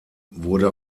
wurde